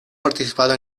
participado